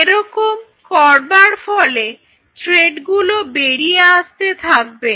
এরকম করবার ফলে থ্রেডগুলো বেরিয়ে আসতে থাকবে